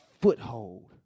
foothold